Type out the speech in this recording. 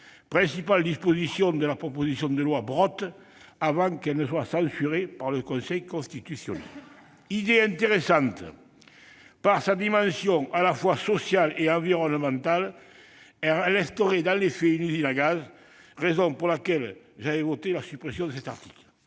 principale disposition de la proposition de loi Brottes avant qu'elle ne soit censurée par le Conseil constitutionnel ... Idée intéressante par sa dimension à la fois sociale et environnementale, elle instaurait dans les faits une usine à gaz, raison pour laquelle j'avais voté la suppression de cet article.